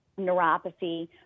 neuropathy